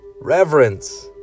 reverence